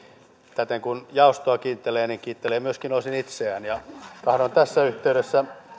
täten kun jaostoa kiittelee niin kiittelee myöskin osin itseään tahdon tässä yhteydessä